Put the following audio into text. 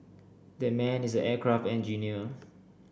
that man is an aircraft engineer